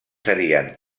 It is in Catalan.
serien